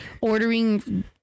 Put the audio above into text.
ordering